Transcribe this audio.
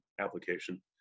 application